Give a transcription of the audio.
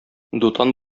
дутан